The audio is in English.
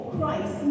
Christ